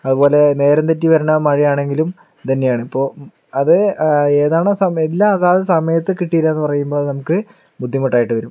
അതുപോലെ നേരം തെറ്റി വരുന്ന മഴ ആണെങ്കിലും ഇത് തന്നെയാണ് ഇപ്പോൾ അത് ഏതാണോ സമയം എല്ലാം അതാത് സമയത്ത് കിട്ടിയില്ല എന്ന് പറയുമ്പോൾ അത് നമുക്ക് ബുദ്ധിമുട്ടായിട്ട് വരും